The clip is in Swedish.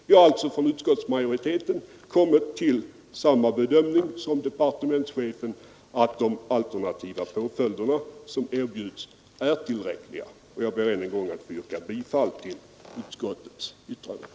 Vi har alltså inom utskottsmajoriteten kommit till samma bedömning som departementschefen, nämligen att de alternativa påfölj der som erbjuds är tillräckliga. Jag ber än en gång att få yrka bifall till utskottets hemställan.